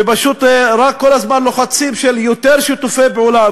ופשוט כל הזמן לוחצים ליותר שיתופי פעולה,